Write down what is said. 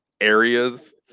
areas